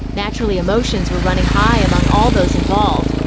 naturally, emotions were running high among all those involved.